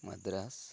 Madras